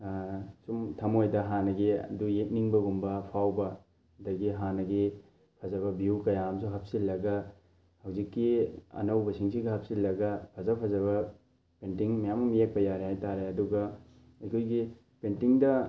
ꯁꯨꯝ ꯊꯃꯣꯏꯗ ꯍꯥꯟꯅꯒꯤꯗꯨ ꯌꯦꯛꯅꯤꯡꯕꯒꯨꯝꯕ ꯐꯥꯎꯕ ꯑꯗꯒꯤ ꯍꯥꯟꯅꯒꯤ ꯐꯖꯕ ꯚꯤꯌꯨ ꯀꯌꯥ ꯑꯃꯁꯨ ꯍꯥꯞꯆꯤꯜꯂꯒ ꯍꯧꯖꯤꯛꯀꯤ ꯑꯅꯧꯕꯁꯤꯡꯁꯤꯒ ꯍꯥꯞꯆꯤꯜꯂꯒ ꯐꯖ ꯐꯖꯕ ꯄꯦꯟꯇꯤꯡ ꯃꯌꯥꯝ ꯑꯃ ꯌꯦꯛꯄ ꯌꯥꯔꯦ ꯍꯥꯏꯇꯥꯔꯦ ꯑꯗꯨꯒ ꯑꯩꯈꯣꯏꯒꯤ ꯄꯦꯟꯇꯤꯡꯗ